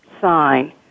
sign